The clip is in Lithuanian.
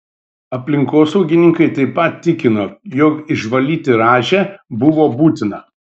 aplinkosaugininkai taip pat tikino jog išvalyti rąžę buvo būtina